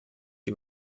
die